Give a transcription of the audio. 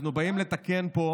אנחנו באים לתקן פה